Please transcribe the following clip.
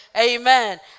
Amen